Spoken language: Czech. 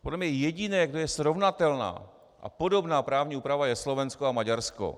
Podle mě jediné, kde je srovnatelná a podobná právní úprava, je Slovensko a Maďarsko.